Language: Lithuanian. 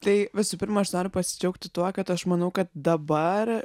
tai visų pirma aš noriu pasidžiaugti tuo kad aš manau kad dabar